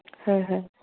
হয় হয়